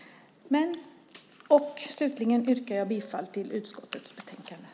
Slutligen yrkar jag bifall till utskottets förslag i betänkandet.